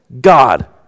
God